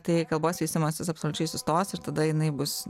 tai kalbos vystymasis absoliučiai sustos ir tada jinai bus